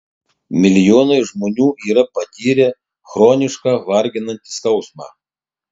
milijonai žmonių yra patyrę chronišką varginantį skausmą